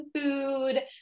food